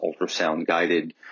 ultrasound-guided